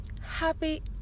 Happy